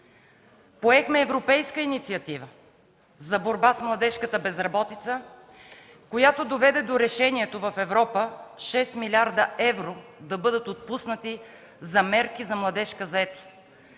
Поехме европейска инициатива за борба с младежката безработица, която доведе до решението в Европа – 6 млрд. евро да бъдат отпуснати за мерки за младежка заетост.